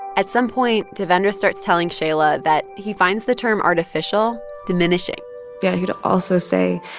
at some point, devendra starts telling shaila that he finds the term artificial diminishing yeah. he'd also say,